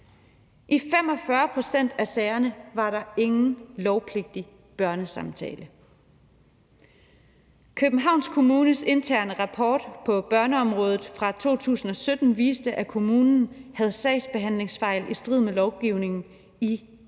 I 45 pct. af sagerne var der ingen lovpligtig børnesamtale. Københavns Kommunes interne rapport på børneområdet fra 2017 viste, at kommunen havde sagsbehandlingsfejl i strid med lovgivningen i 100 pct.